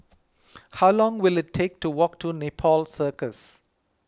how long will it take to walk to Nepal Circus